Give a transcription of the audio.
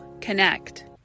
connect